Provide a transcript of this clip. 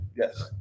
yes